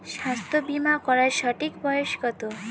স্বাস্থ্য বীমা করার সঠিক বয়স কত?